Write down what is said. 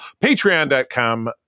patreon.com